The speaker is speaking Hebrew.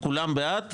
כולם בעד,